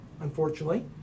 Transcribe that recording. unfortunately